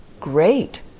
Great